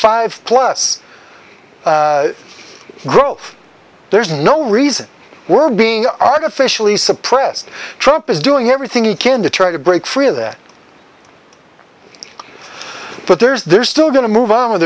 five plus growth there's no reason we're being artificially suppressed trump is doing everything he can to try to break free of that but there's they're still going to move on with